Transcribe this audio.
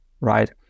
right